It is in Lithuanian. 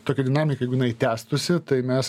tokia dinamika jeigu jinai tęstųsi tai mes